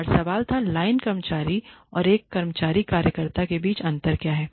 और सवाल था लाइन कर्मचारी और एक कर्मचारी कार्यकर्ता के बीच अंतर क्या है